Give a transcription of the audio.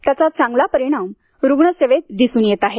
त्याचा चांगला परिणाम रुग्ण सेवेत दिसुन येत आहे